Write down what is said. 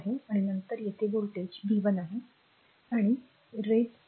आणि नंतर येथे व्होल्टेज r v 1 आहे आणि raise 2